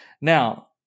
Now